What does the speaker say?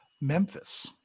Memphis